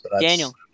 Daniel